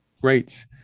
Great